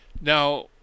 Now